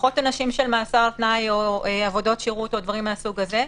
פחות עונשים של מאסר על תנאי או עבודות שירות או דברים מהסוג הזה.